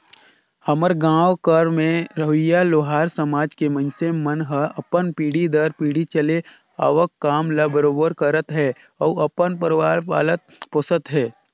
हमर गाँव घर में रहोइया लोहार समाज के मइनसे मन ह अपन पीढ़ी दर पीढ़ी चले आवक काम ल बरोबर करत हे अउ अपन परवार पालत पोसत हे